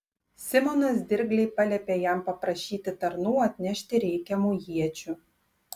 simonas dirgliai paliepė jam paprašyti tarnų atnešti reikiamų iečių